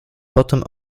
potem